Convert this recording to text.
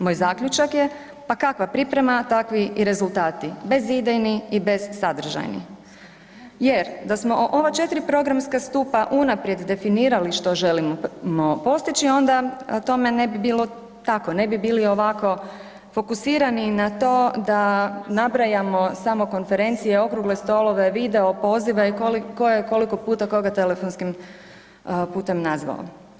Moj zaključak je, pa kakva priprema, takvi i rezultati bezidejni i besadržajni jer da smo ova 4 programska stupa unaprijed definirali što želimo postići onda tome ne bi bilo tako, ne bi bili ovako fokusirani na to da nabrajamo samo konferencije, okrugle stolove, video pozive, ko je koliko puta koga telefonskim putem nazvao.